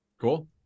Cool